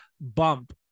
bump